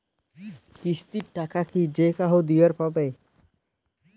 কিস্তির টাকা কি যেকাহো দিবার পাবে?